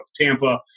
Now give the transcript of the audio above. Tampa